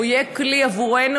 והוא יהיה כלי עבורנו,